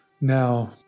Now